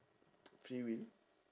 free will